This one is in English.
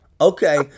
Okay